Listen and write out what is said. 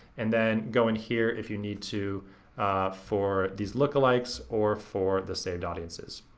and then go in here if you need to for these lookalikes or for the saved audiences,